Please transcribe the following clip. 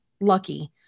lucky